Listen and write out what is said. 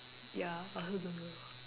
ya I also don't know